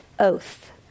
oath